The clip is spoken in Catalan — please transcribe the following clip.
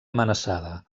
amenaçada